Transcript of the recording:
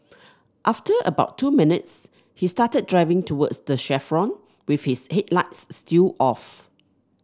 after about two minutes he started driving towards the chevron with his headlights still off